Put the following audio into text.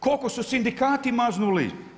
Koliko su sindikati maznuli?